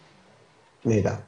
טוב, נעים מאוד,